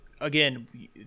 again